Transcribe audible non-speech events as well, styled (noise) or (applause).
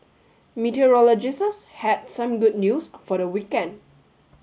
(unintelligible) had some good news for the weekend